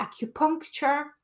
acupuncture